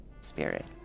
spirit